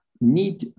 need